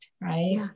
right